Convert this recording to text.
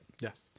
Yes